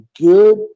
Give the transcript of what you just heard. good